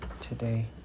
today